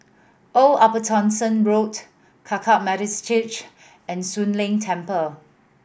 Old Upper Thomson Road Hakka Methodist Church and Soon Leng Temple